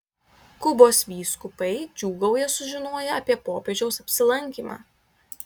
kubos vyskupai džiūgauja sužinoję apie popiežiaus apsilankymą